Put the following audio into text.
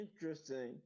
interesting